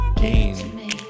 gain